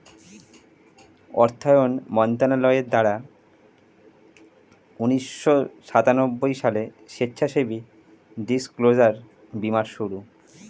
অর্থায়ন মন্ত্রণালয়ের দ্বারা উন্নিশো সাতানব্বই সালে স্বেচ্ছাসেবী ডিসক্লোজার বীমার শুরু